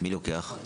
מי לוקח?